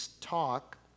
talk